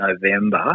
November